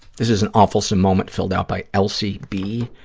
this is an awfulsome moment filled out by elsie b.